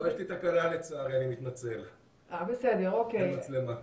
לא, יש לי תקלה, לצערי, אני מתנצל, אין מצלמה.